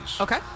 okay